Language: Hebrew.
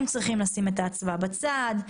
הם צריכים לשים את האצווה בצד,